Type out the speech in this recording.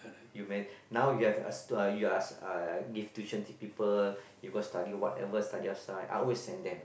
you may now you have uh you are uh you give tuition to people you go study whatever study outside I always send them